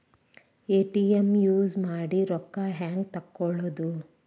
ATM use ಮಾಡಿ ರೊಕ್ಕ ಹೆಂಗೆ ತಕ್ಕೊಳೋದು?